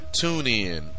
TuneIn